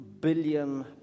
billion